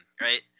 right